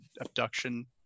abduction